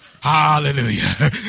Hallelujah